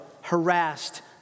harassed